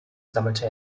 sammelte